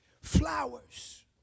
Flowers